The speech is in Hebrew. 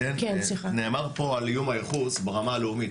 נאמר פה על איום הייחוס ברמה הלאומית.